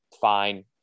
fine